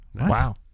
Wow